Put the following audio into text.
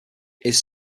his